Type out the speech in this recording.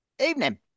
evening